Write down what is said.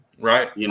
Right